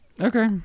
Okay